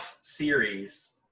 series